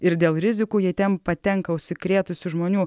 ir dėl rizikų jei ten patenka užsikrėtusių žmonių